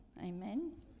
Amen